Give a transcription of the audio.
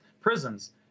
prisons